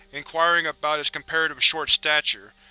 inquiring about his comparative short stature.